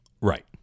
right